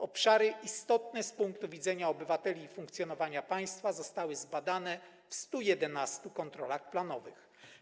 Obszary istotne z punktu widzenia obywateli i funkcjonowania państwa zostały zbadane w ramach 111 kontroli planowych.